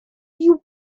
you